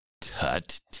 Tut